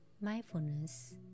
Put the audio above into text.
mindfulness